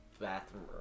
bathroom